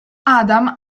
adam